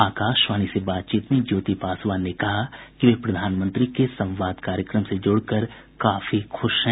आकाशवाणी से बातचीत में ज्योति पासवान ने कहा कि वे प्रधानमंत्री के संवाद कार्यक्रम से जुड़कर काफी खुश हैं